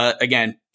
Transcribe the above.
again